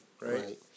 right